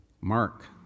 Mark